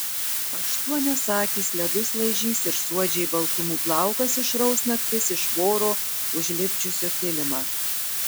aštuonios akys ledus laižys ir suodžiai baltumų plaukas išraus naktis iš voro užlipdžiusio kilimą